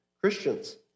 Christians